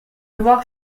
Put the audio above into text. voir